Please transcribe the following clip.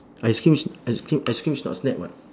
ice cream s~ ice cream ice cream's not snack [what]